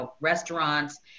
restaurants